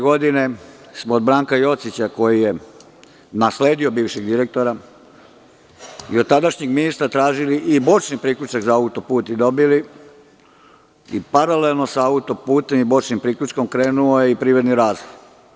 Godine 2004. smo od Branka Jocića, koji je nasledio bivšeg direktora i od tadašnjeg ministra tražili i bočni priključak za autoput i dobili i paralelno sa autoputem i bočnim priključkom krenuo i privredni razvoj.